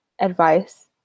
advice